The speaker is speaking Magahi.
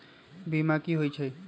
बीमा कि होई छई?